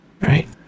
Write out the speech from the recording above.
Right